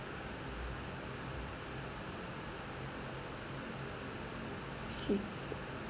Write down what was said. sea view